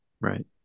Right